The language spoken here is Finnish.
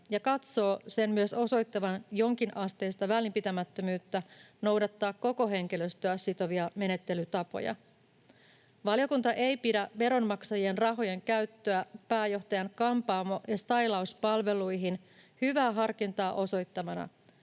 ja katsoo sen myös osoittavan jonkinasteista välinpitämättömyyttä noudattaa koko henkilöstöä sitovia menettelytapoja. Valiokunta ei pidä veronmaksajien rahojen käyttöä pääjohtajan kampaamo‑ ja stailauspalveluihin hyvää harkintaa osoittavana,